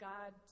God